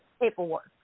paperwork